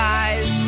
eyes